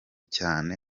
cyane